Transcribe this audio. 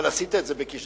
אבל עשית את זה בכשרון.